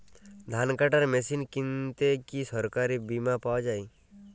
ধান কাটার মেশিন কিনতে কি সরকারী বিমা পাওয়া যায়?